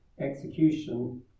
execution